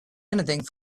anything